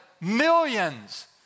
millions